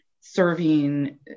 serving